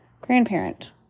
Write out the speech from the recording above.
Grandparent